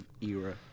era